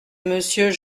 monsieur